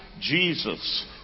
Jesus